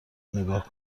نگاه